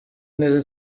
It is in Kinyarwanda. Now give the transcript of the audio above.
neza